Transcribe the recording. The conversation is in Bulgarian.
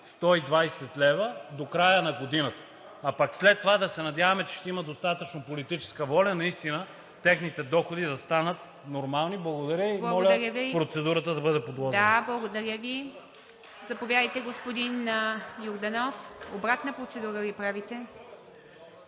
120 лв. до края на годината? А пък след това да се надяваме, че ще има достатъчно политическа воля наистина техните доходи да станат нормални. Благодаря и моля процедурата да бъде подложена на гласуване. ПРЕДСЕДАТЕЛ ИВА МИТЕВА: Благодаря Ви. Заповядайте, господин Йорданов. Обратна процедура ли правите?